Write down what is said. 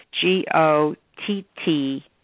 G-O-T-T